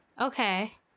Okay